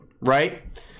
right